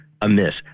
amiss